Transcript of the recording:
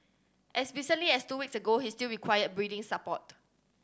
as recently as two weeks ago he still required breathing support